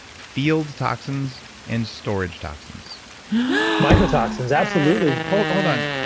field toxins and storage toxins mycotoxins, absolutely hold hold on.